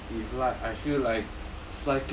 then if like I feel like